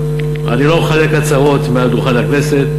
אני לא מחלק הצהרות מעל דוכן הכנסת.